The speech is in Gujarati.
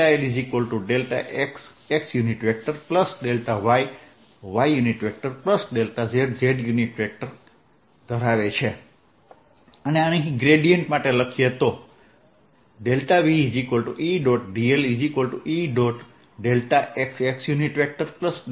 l l xxyyzz અને ગ્રેડીયેન્ટ માટે લખીએ તો VE